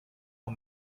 for